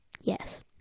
Yes